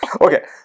Okay